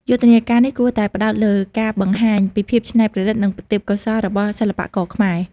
យុទ្ធនាការនេះគួរតែផ្តោតលើការបង្ហាញពីភាពច្នៃប្រឌិតនិងទេពកោសល្យរបស់សិល្បករខ្មែរ។